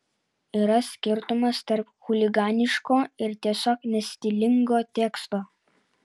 yra skirtumas tarp chuliganiško ir tiesiog nestilingo teksto